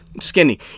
skinny